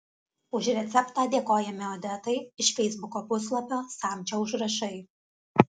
už receptą dėkojame odetai iš feisbuko puslapio samčio užrašai